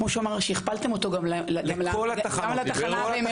כלומר כמו שהוא אמר, שכפלתם אותו גם לתחנה במירון?